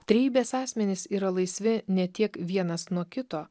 trejybės asmenys yra laisvi ne tiek vienas nuo kito